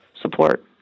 support